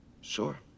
sure